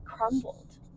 crumbled